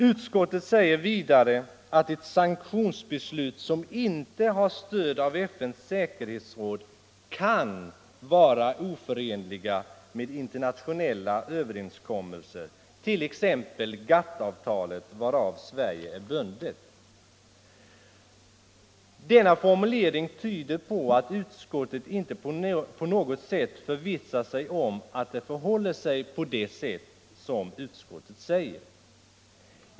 Utskottet säger vidare att sanktioner som inte har stöd i FN:s säkerhetsråd ”kan vara oförenliga med internationella överenskommelser, t.ex. GATT-avtalet, varav Sverige är bundet”. Denna formulering tyder på att utskottet inte på något sätt förvissat sig om att det förhåller sig på det sätt som utskottet säger.